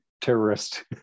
terrorist